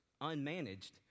unmanaged